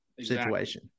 situation